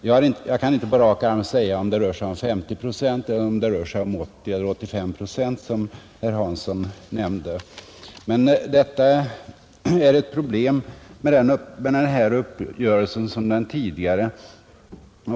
Jag kan inte på rak arm säga om det rör sig om 50 procent eller om det är de flesta av de 80-85 procent, som herr Hansson nämnde. Detta är ett problem med den här uppgörelsen liksom med de tidigare.